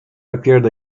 appeared